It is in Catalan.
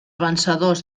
vencedors